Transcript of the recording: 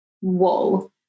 whoa